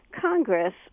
Congress